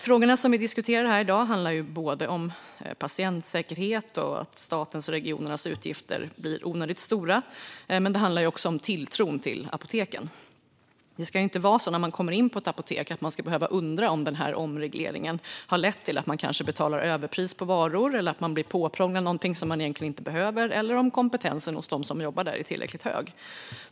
Frågorna som vi diskuterar i dag handlar både om patientsäkerhet och om att statens och regionernas utgifter blir onödigt stora. Men de handlar också om tilltron till apoteken. När man kommer in på ett apotek ska man inte behöva undra om omregleringen har lett till att man betalar överpris på varor eller till att man blir påprånglad något som man egentligen inte behöver eller om kompetensen hos dem som jobbar där är tillräckligt hög.